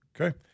Okay